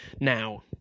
Now